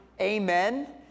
amen